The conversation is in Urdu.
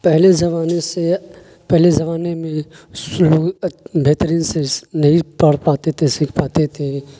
پہلے زمانے سے پہلے زمانے میں بہترین نہیں پڑھ پاتے تھے سیکھ پاتے تھے